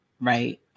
right